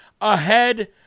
ahead